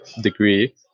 degree